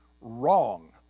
wrong